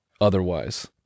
otherwise